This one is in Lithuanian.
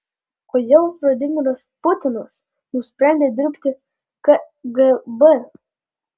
kodėl vladimiras putinas nusprendė dirbti kgb